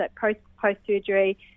post-surgery